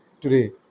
today